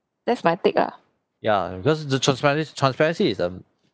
ya because the transparent transparency is um